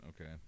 Okay